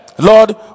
Lord